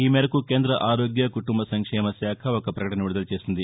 ఈ మేరకు కేంద్ర ఆరోగ్య కుటుంబ సంక్షేమ శాఖ ఒక పకటన విడుదల చేసింది